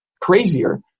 crazier